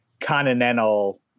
continental